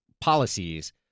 policies